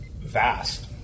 vast